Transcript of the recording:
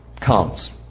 comes